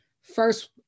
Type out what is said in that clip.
First